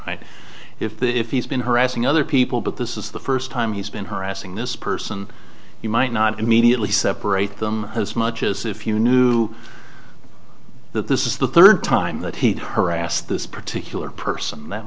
do if the if he's been harassing other people but this is the first time he's been harassing this person you might not immediately separate them as much as if you knew that this is the third time that he'd harass this particular person